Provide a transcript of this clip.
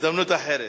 בהזדמנות אחרת.